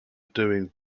doing